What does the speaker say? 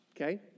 okay